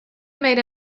made